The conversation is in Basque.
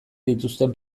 dituzten